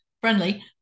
friendly